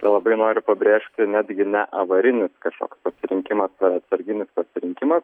labai noriu pabrėžti netgi ne avarinis kažkoks pasirinkimas ar atsarginis pasirinkimas